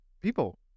people